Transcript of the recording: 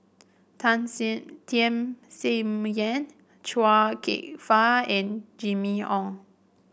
Tham Sien Yen Chia Kwek Fah and Jimmy Ong